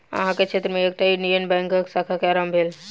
अहाँ के क्षेत्र में एकटा इंडियन बैंकक शाखा के आरम्भ भेल